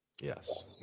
Yes